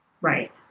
Right